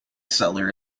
cellar